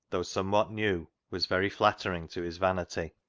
though somewhat new, was very flattering to his vanity.